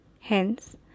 Hence